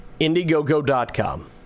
Indiegogo.com